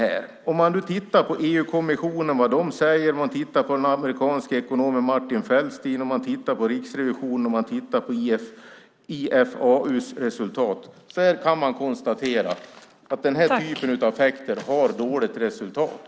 När vi tittar på vad EU-kommissionen, den amerikanske ekonomen Martin Feldstein och Riksrevisionen säger samt resultaten från IFAU kan vi konstatera att den typen av effekter ger dåligt resultat.